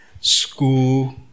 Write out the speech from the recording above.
school